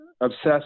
obsessed